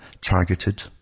targeted